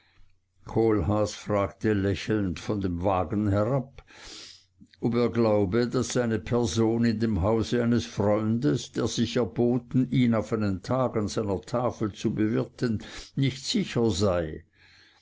kohlhaas fragte lächelnd von dem wagen herab ob er glaube daß seine person in dem hause eines freundes der sich erboten ihn auf einen tag an seiner tafel zu bewirten nicht sicher sei